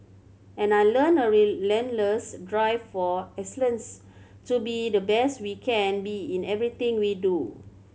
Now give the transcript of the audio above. and I learnt a relentless drive for excellence to be the best we can be in everything we do